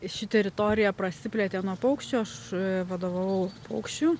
ši teritorija prasiplėtė nuo paukščių aš vadovavau paukščių